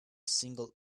single